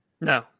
No